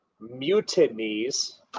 mutinies